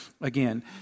again